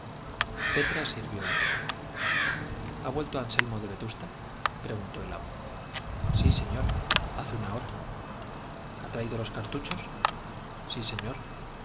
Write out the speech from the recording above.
petra sirvió el té ha vuelto anselmo de vetusta preguntó el amo sí señor hace una hora ha traído los cartuchos sí señor